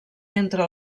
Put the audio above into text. entre